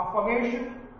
affirmation